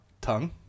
tongue